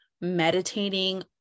meditating